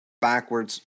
backwards